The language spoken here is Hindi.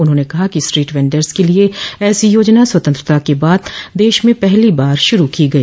उन्होंने कहा कि स्ट्रीट वेंडर्स के लिए ऐसी योजना स्वतंत्रता के बाद देश में पहली बार शुरू की गई